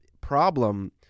problem